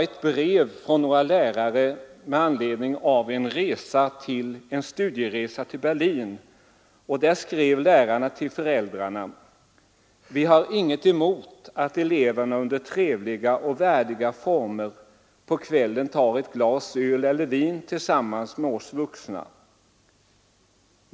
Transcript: Ett brev från några lärare med anledning av en studieresa till Berlin har upprört många föräldrar. I det brevet skrev lärarna till föräldrarna: ”Vi har inget emot att eleverna under trevliga och värdiga former på kvällen tar ett glas — öl eller vin — tillsammans med oss vuxna.